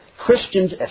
Christians